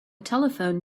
telephone